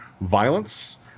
violence